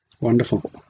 wonderful